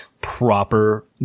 proper